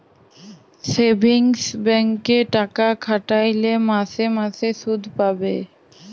savings ব্যাংকে টাকা খাটাইলে মাসে মাসে সুদ পাবে